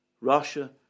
Russia